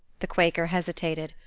the quaker hesitated,